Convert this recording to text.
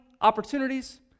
opportunities